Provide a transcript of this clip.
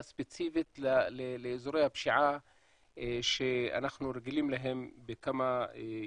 ספציפית לאזורי הפשיעה שאנחנו רגילים להם בכמה יישובים.